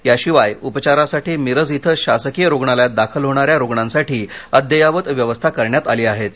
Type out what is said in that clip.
याशिवाय उपचारासाठी मिरज इथं शासकीय रुग्णालयात दाखल होणाऱ्या रुग्णांसाठी अद्ययावत व्यवस्था करण्यात आली आहेच